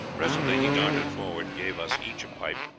presently he darted forward, gave us each a pipe,